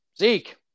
Zeke